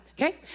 okay